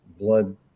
blood